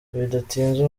bidatinze